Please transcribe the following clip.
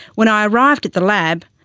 when i arrived at the lab,